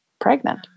pregnant